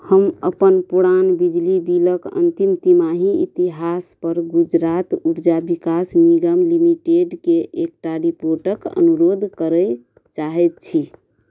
हम अपन पुरान बिजली बिलके अन्तिम तिमाही इतिहासपर गुजरात उर्जा विकास निगम लिमिटेडकेँ एकटा रिपोर्टके अनुरोध करै चाहै छी